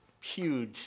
huge